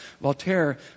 Voltaire